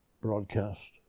broadcast